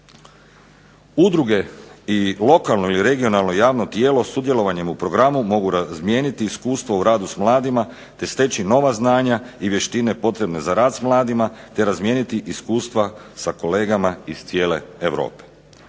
Udruge i lokalno i regionalno javno tijelo sudjelovanjem u programu mogu razmijeniti iskustvo u radu sa mladima, te steći nova znanja i vještine potrebne za rad s mladima, te razmijeniti iskustva sa kolegama iz cijele Europe.